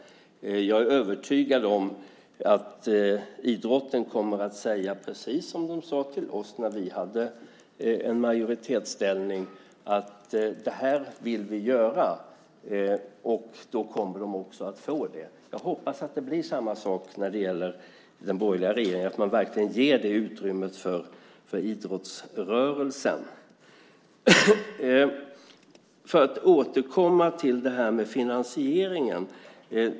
Jag är övertygad om att idrotten kommer att säga, precis som man sade till oss när vi hade majoritetsställning, att detta vill vi göra, och då kommer man också att få det. Jag hoppas att den borgerliga regeringen gör samma sak och verkligen ger detta utrymme åt idrottsrörelsen. Jag återkommer till finansieringen.